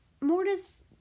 Mortis